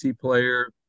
player